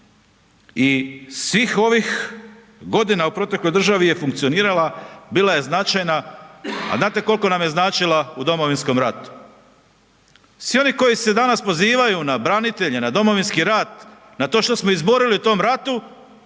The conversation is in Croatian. i svih ovih godina u protekloj državi je funkcionirala, bila je značajna, a znate koliko nam je značila u Domovinskom ratu? Svi oni koji se danas pozivaju na branitelje, na Domovinski rat, na to što smo izborili u tom ratu,